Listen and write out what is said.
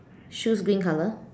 shoes green color